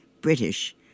British